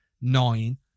nine